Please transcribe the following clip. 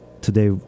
today